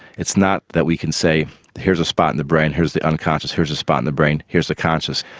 it's not that we can say here's a spot in the brain, here's the unconscious, here's a spot in the brain here's the conscious.